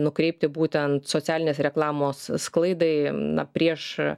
nukreipti būtent socialinės reklamos sklaidai na prieš